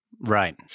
Right